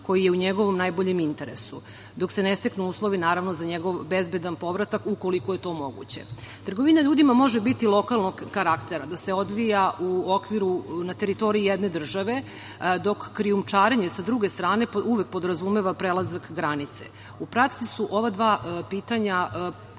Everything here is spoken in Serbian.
koji je u njegovom najboljem interesu, dok se ne steknu uslovi za njegov bezbedan povratak, ukoliko je to moguće. Trgovina ljudima može biti lokalnog karaktera, da se odvija na teritoriji jedne države, dok krijumčarenje, sa druge strane, uvek podrazumeva prelazak granice. U praksi su ova dva pitanja